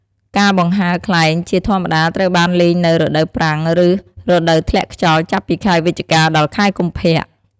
ការបង្ហើរខ្លែងជាធម្មតាត្រូវបានលេងនៅ រដូវប្រាំង ឬ រដូវធ្លាក់ខ្យល់ ចាប់ពីខែវិច្ឆិកា ដល់ខែកុម្ភៈ។